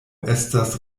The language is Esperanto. estas